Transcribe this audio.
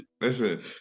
listen